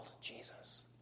Jesus